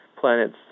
Planets